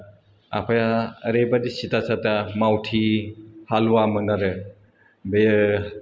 आफाया ओरैबायदि सिदा सादा मावथि हालुवामोन आरो बे